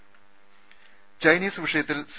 രുമ ചൈനീസ് വിഷയത്തിൽ സി